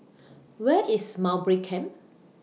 Where IS Mowbray Camp